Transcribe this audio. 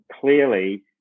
clearly